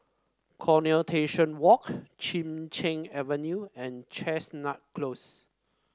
Coronation Walk Chin Cheng Avenue and Chestnut Close